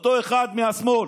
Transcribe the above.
אותו אחד מהשמאל,